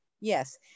yes